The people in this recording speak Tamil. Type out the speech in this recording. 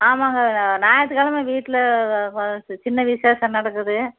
ஆமாங்க ஞாயிற்றுக் கெழம வீட்டில் சின்ன விசேஷம் நடக்குது